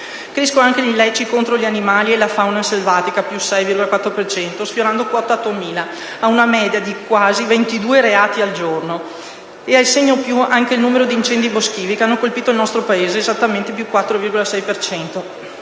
Crescono anche gli illeciti contro gli animali e la fauna selvatica (+6,4 per cento), sfiorando quota 8.000, a una media di quasi 22 reati al giorno e ha il segno più anche il numero di incendi boschivi che hanno colpito il nostro Paese: esattamente +4,6